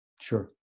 Sure